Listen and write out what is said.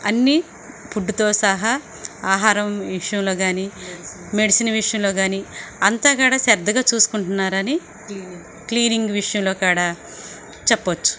అన్నీ ఫుడ్డుతో సహా ఆహారం విషయంలో కానీ మెడిసిన్ విషయంలో కానీ అంతా కూడా శ్రద్ధగా చూసుకుంటున్నారని క్లీనింగ్ విషయంలో కూడా చెప్పవచ్చు